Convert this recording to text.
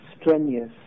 strenuous